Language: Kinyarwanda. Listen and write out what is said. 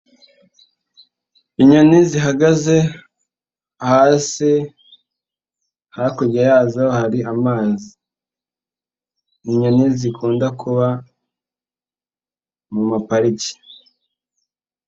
Inyoni zihagaze hasi, hakurya yazo hari amazi, ni inyoni zikunda kuba mu mapariki.